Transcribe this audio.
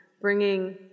bringing